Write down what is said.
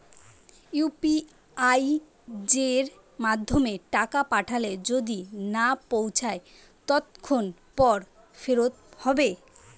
UPI য়ের মাধ্যমে টাকা পাঠালে যদি না পৌছায় কতক্ষন পর ফেরত হবে?